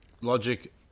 Logic